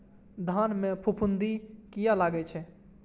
धान में फूफुंदी किया लगे छे?